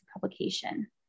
publication